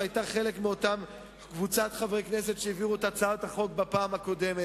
היתה חלק מאותה קבוצת חברי כנסת שהעבירו את החוק בפעם הקודמת.